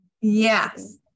Yes